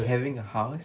having a house